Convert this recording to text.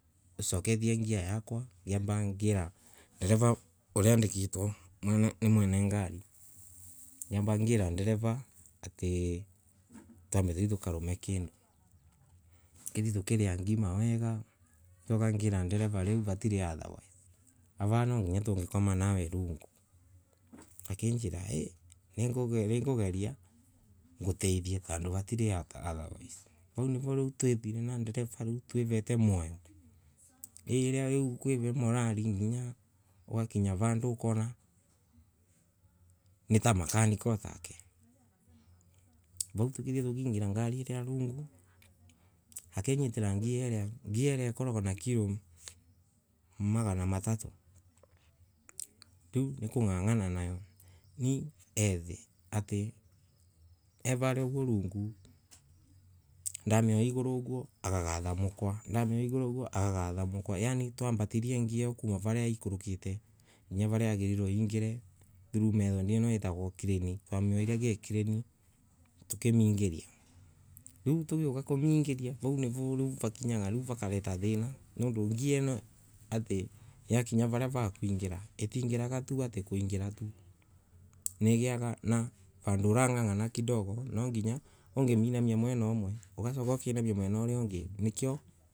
Ngicokagia n- gear yakwa. ngiamba ngira dereva una andikitwa ni mwene ngari. ngiamba ngira dereva atii twambe nu tukarume kindu. Tukithie tukima ngima weega. Ngiuka ngira dereva riu vatiri otherwise. Ava riu nitungikoma nawerungu. akinjira ii ningugeria nguteithie tondu vatiri otherwise. Vau nivo riu twathire na mbere twivete moyo. Iria nu kwa vindi muraria nginya ugakinya vandu ukona nitamakanika onake. Vau tukithie tukingira ngarini au rungu. akinyitira ngia ina ikorogwa na kilo magana matatu. Riu nikung’ang’ana nayo ni heavy eti evana ugwo rungu ndavewa iguru uguo akagatha mukwa. ndavea iguru uguo akagatha mukwa yaani twambatithia n- gear iyo kuma varia ikurukite. nginya varia yagirirwe ingire. nu method i ino itagwo claim i. Twamiga uguo ikiclaim tukimingiria. Riu tugiuka kumingiria. vau nivo riu vakinyaga nu vakareta thina nondu gear ino ati ya kinya varia va kwingira. itingiraga ati kwingira tu. nigiaga na vandu. Urang’ang’ana kidogo nonginya ungiminamia mwera umwe ugacoka ukinamia mwena uria wingi. nikio